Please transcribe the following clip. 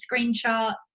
screenshot